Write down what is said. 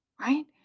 right